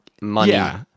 money